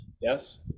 Yes